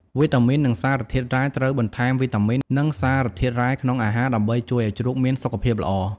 វីតាមីន និងសារធាតុរ៉ែ ត្រូវបន្ថែមវីតាមីន និងសារធាតុរ៉ែក្នុងអាហារ ដើម្បីជួយឲ្យជ្រូកមានសុខភាពល្អ។